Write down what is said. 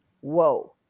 whoa